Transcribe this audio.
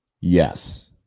yes